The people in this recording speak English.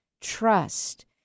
trust